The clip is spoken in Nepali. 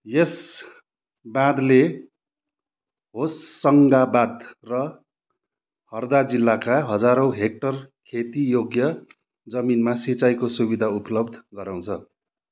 यस बाँधले होसङ्गाबाद र हर्दा जिल्लाका हजारौँ हेक्टर खेतीयोग्य जमिनमा सिँचाइको सुविधा उपलब्ध गराउँछ